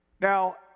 Now